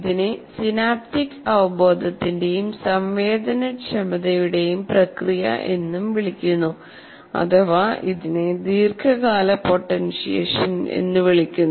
ഇതിനെ സിനാപ്റ്റിക് അവബോധത്തിന്റെയും സംവേദനക്ഷമതയുടെയും പ്രക്രിയ എന്നും വിളിക്കുന്നു അഥവാ ഇതിനെ ദീർഘകാല പൊട്ടൻഷ്യേഷൻ എന്ന് വിളിക്കുന്നു